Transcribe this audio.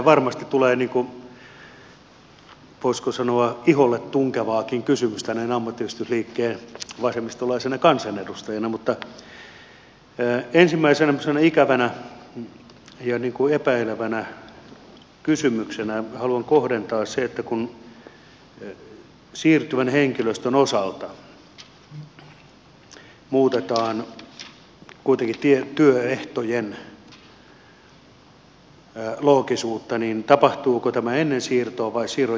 varmasti tulee voisiko sanoa iholle tunkevaakin kysymystä näin ammattiyhdistysliikkeen vasemmistolaisena kansanedustajana mutta ensimmäisenä semmoisena aika ikävänä ja niin kuin epäilevänä kysymyksenä haluan kohdentaa sen että kun siirtyvän henkilöstön osalta muutetaan kuitenkin työehtojen loogisuutta niin tapahtuuko tämä ennen siirtoa vai siirron jälkeen